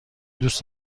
دوست